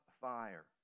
fire